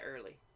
early